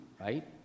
right